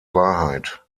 wahrheit